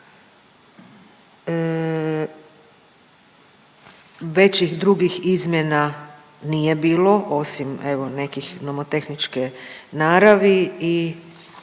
Većih drugih izmjena nije bilo osim evo nekih nomotehničke naravi i